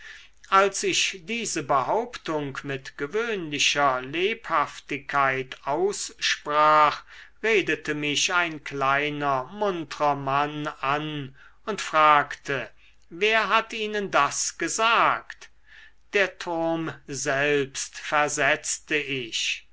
als ich diese behauptung mit gewöhnlicher lebhaftigkeit aussprach redete mich ein kleiner muntrer mann an und fragte wer hat ihnen das gesagt der turm selbst versetzte ich